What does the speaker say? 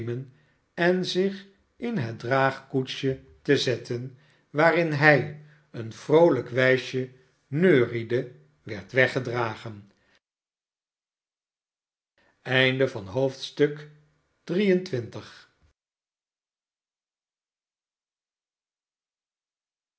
en zich in het draagkoetsje te zetten waarin hij een vroolijk wijsje neuriende werd weggedragen